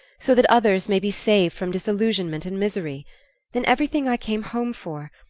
so that others may be saved from disillusionment and misery then everything i came home for,